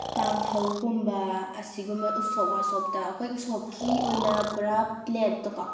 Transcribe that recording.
ꯀꯥꯡꯍꯧꯒꯨꯝꯕ ꯑꯁꯤꯒꯨꯝꯕ ꯎꯁꯣꯞ ꯋꯥꯁꯣꯞꯇ ꯑꯩꯈꯣꯏ ꯎꯁꯣꯞꯀꯤ ꯑꯣꯏꯅ ꯄꯨꯔꯥ ꯄ꯭ꯂꯦꯠꯇꯀꯣ